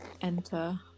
enter